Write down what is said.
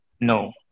No